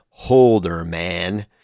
Holderman